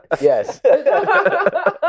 yes